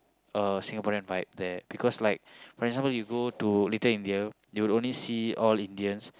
uh Singaporean vibe there because like for example you go to Little-India you will only see all Indians